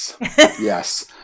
Yes